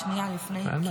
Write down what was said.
שנייה לפני,